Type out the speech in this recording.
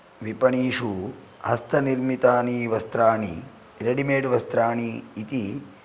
विपणीषु हस्तनिर्मितानि वस्त्राणि रेडिमेड् वस्त्राणि इति